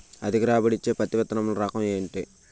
అధిక రాబడి ఇచ్చే పత్తి విత్తనములు రకం ఏంటి?